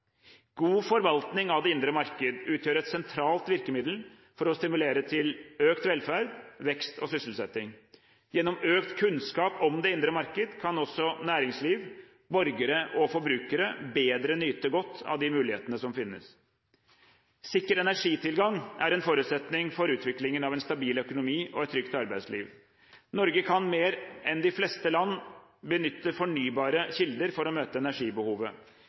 God forvaltning av det indre marked utgjør et sentralt virkemiddel for å stimulere til økt velferd, vekst og sysselsetting. Gjennom økt kunnskap om det indre marked kan også næringsliv, borgere og forbrukere bedre nyte godt av de mulighetene som finnes. Sikker energitilgang er en forutsetning for utviklingen av en stabil økonomi og et trygt arbeidsliv. Norge kan mer enn de fleste andre land benytte fornybare kilder for å møte energibehovet.